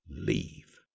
Leave